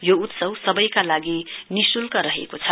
यो उत्सव सबैका लागि निशुल्क रहेको छ